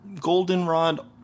goldenrod